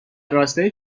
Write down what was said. راستای